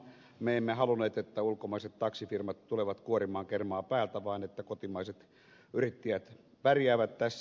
me emme halunneet että ulkomaiset taksifirmat tulevat kuorimaan kermaa päältä vaan että kotimaiset yrittäjät pärjäävät tässä